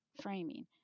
framing